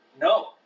No